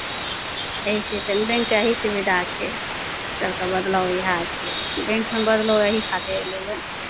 एहिसँ तऽ बैंकके यही सुविधा छै सभके बदलाव इएह छियै बैंकमे बदलाव एही खातिर अयलैए